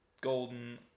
golden